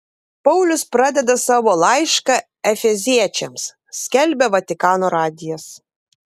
paulius pradeda savo laišką efeziečiams skelbia vatikano radijas